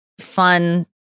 fun